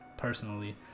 personally